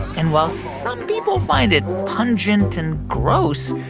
and while some people find it pungent and gross,